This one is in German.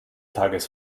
tages